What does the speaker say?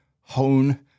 hone